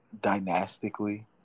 dynastically